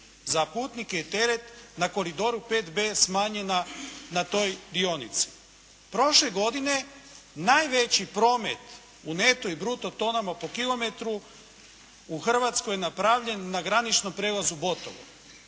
za putnike i teret na koridoru 5B smanjena na toj dionici. Prošle godine najveći promet u neto i bruto tonama po kilometru u Hrvatskoj je napravljen na graničnom prijelazu Botovo.